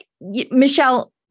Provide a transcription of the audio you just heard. Michelle